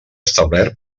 establert